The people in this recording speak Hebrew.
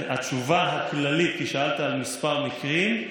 התשובה הכללית, כי שאלת על כמה מקרים,